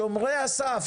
שומרי הסף,